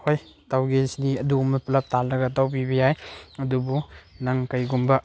ꯍꯣꯏ ꯇꯧꯒꯦꯁꯤꯗꯤ ꯑꯗꯨꯒꯨꯝꯕ ꯄꯨꯂꯞ ꯇꯥꯜꯂꯒ ꯇꯧꯕꯤꯕ ꯌꯥꯏ ꯑꯗꯨꯕꯨ ꯅꯪ ꯀꯔꯤꯒꯨꯝꯕ